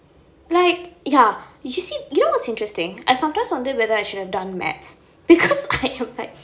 like ya you should see you know what's interesting I sometimes wonder if I should have done mathematics because I am like